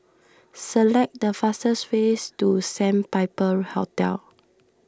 select the fastest ways to Sandpiper Hotel